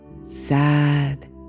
sad